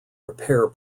repair